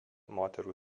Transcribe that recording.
moterų